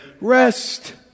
rest